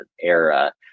era